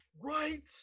Right